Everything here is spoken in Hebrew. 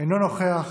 אינו נוכח.